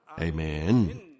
Amen